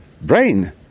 brain